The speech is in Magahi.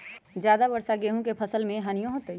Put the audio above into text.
ज्यादा वर्षा गेंहू के फसल मे हानियों होतेई?